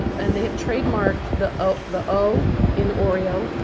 and they have trademarked the o the o in oreo.